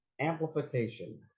amplification